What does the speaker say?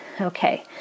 Okay